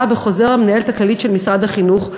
בחוזר המנהלת הכללית של משרד החינוך,